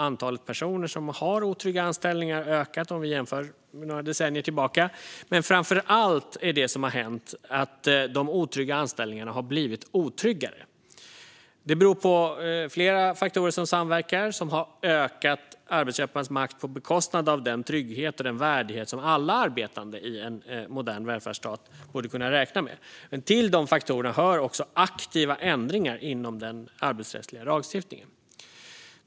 Antalet personer som har otrygga anställningar har ökat jämfört med några decennier tillbaka. Men framför allt har de otrygga anställningarna blivit otryggare. Det beror på flera samverkande faktorer som har ökat arbetsköparnas makt på bekostnad av den trygghet och värdighet som alla arbetande i en modern välfärdsstat borde kunna räkna med. Till de faktorerna hör också aktiva ändringar inom den arbetsrättsliga lagstiftningen.